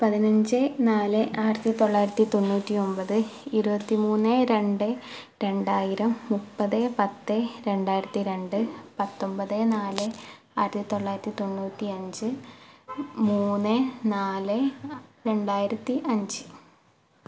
പതിനഞ്ച് നാല് ആയിരത്തി തൊള്ളായിരത്തി തൊണ്ണൂറ്റി ഒൻപത് ഇരുവത്തി മൂന്ന് രണ്ട് രണ്ടായിരം മൂപ്പത് പത്ത് രണ്ടായിരത്തി രണ്ട് പത്തൊൻപത് നാല് ആയിരത്തി തൊള്ളായിരത്തി തൊണ്ണൂറ്റി അഞ്ച് മൂന്ന് നാല് രണ്ടായിരത്തി അഞ്ച്